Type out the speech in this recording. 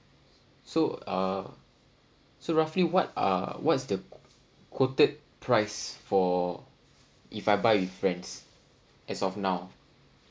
so uh so roughly what are what's the quoted price for if I buy with friends as of now